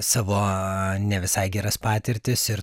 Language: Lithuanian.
savo ne visai geras patirtis ir